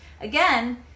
Again